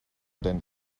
deinen